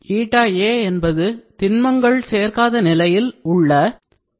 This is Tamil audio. aஎன்பது திண்மங்கள் சேர்க்காத நிலையில் உள்ள திரவத்தின் பாகுநிலை